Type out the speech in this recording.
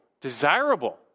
desirable